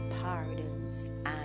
pardons